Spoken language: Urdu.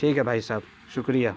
ٹھیک ہے بھائی صاحب شکریہ